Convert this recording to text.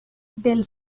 del